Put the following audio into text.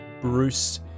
Bruce